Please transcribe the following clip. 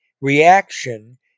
reaction